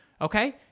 okay